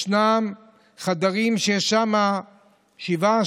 יש חדרים שיש בהם שבעה,